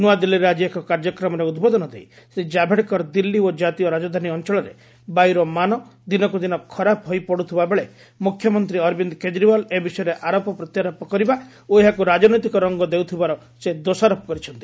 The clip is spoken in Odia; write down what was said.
ନୂଆଦିଲ୍ଲୀରେ ଆଜି ଏକ କାର୍ଯ୍ୟକ୍ରମରେ ଉଦ୍ବୋଧନ ଦେଇ ଶ୍ରୀ ଜାଭଡେକର ଦିଲ୍ଲୀ ଓ କାତୀୟ ରାଜଧାନୀ ଅଞ୍ଚଳରେ ବାୟୁର ମାନ ଦିନକୁ ଦିନ ଖରାପ ହୋଇପଡୁଥିବା ବେଳେ ମୁଖ୍ୟମନ୍ତ୍ରୀ ଅରବିନ୍ଦ କେଜରିଓ୍ୱାଲ୍ ଏ ବିଷୟରେ ଆରୋପ ପ୍ରତ୍ୟାରୋପ କରିବା ଓ ଏହାକୁ ରାଜନୈତିକ ରଙ୍ଗ ଦେଉଥିବାର ସେ ଦୋଷାରୋପ କରିଛନ୍ତି